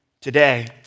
today